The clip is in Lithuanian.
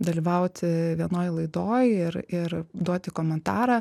dalyvauti vienoj laidoj ir ir duoti komentarą